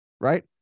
Right